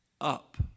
up